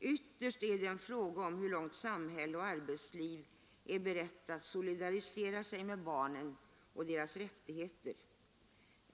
Ytterst är det en fråga om hur långt samhälle och arbetsliv är berett att solidarisera sig med barnen och deras rättigheter.